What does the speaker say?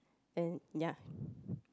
and ya